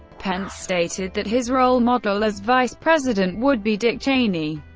pence stated that his role model as vice president would be dick cheney.